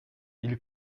ils